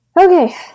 Okay